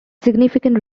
significant